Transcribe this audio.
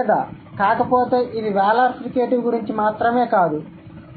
లేదా కాకపోతే ఇది వెలార్ ఫ్రికేటివ్ గురించి మాత్రమే కాదు